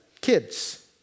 kids